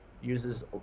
uses